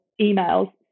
emails